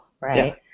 right